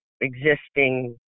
existing